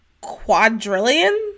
quadrillion